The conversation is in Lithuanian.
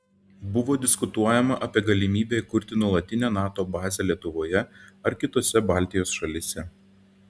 buvo diskutuojama apie galimybę įkurti nuolatinę nato bazę lietuvoje ar kitose baltijos šalyse